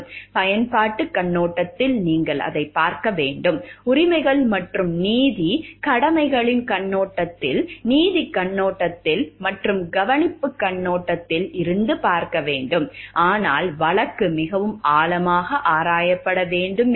பயன்பாட்டுக் கண்ணோட்டத்தில் நீங்கள் அதைப் பார்க்க வேண்டும் உரிமைகள் மற்றும் நீதி கடமைகளின் கண்ணோட்டத்தில் நீதிக் கண்ணோட்டத்தில் மற்றும் கவனிப்பு கண்ணோட்டத்தில் இருந்து பார்க்க வேண்டும் ஆனால் வழக்கு மிகவும் ஆழமாக ஆராயப்பட வேண்டும் என்றால்